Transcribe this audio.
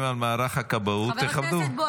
חבר הכנסת קריב,